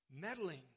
meddling